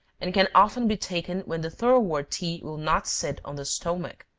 and can often be taken when the thoroughwort tea will not sit on the stomach.